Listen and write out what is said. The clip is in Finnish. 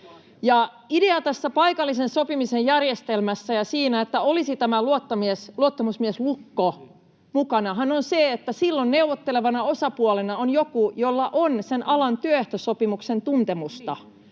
Ideahan tässä paikallisen sopimisen järjestelmässä ja siinä, että olisi tämä luottamusmieslukko mukana, on se, että silloin neuvottelevana osapuolena on joku, jolla on sen alan työehtosopimuksen tuntemusta,